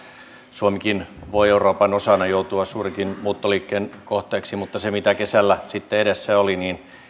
suomikin voi euroopan osana joutua suurenkin muuttoliikkeen kohteeksi mutta siitä mitä kesällä sitten edessä oli